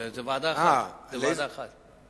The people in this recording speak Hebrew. לא, זאת ועדה אחת.